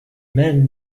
men